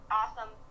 awesome